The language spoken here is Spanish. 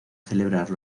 celebrar